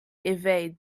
evade